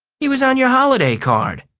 he was on your holiday card!